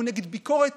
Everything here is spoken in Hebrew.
אנחנו נגד ביקורת